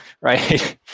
right